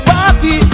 Party